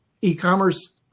e-commerce